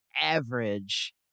average